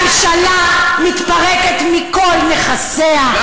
ממשלה מתפרקת מכל נכסיה.